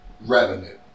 revenue